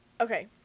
Okay